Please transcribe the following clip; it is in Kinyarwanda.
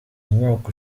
umwaka